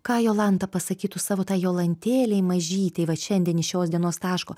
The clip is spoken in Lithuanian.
ką jolanta pasakytų savo tą jolantelei mažytei vat šiandien iš šios dienos taško